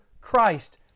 Christ